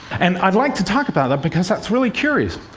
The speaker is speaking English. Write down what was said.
and i'd like to talk about that, because that's really curious.